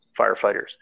firefighters